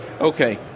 okay